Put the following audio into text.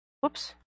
Whoops